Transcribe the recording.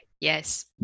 Yes